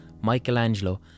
Michelangelo